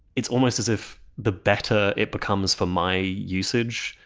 it's almost as if the better it becomes for my usage.